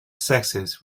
sexes